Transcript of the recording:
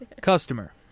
Customer